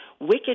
wicked